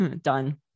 done